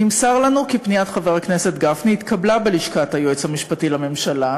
נמסר לנו כי פניית חבר הכנסת גפני התקבלה בלשכת היועץ המשפטי לממשלה,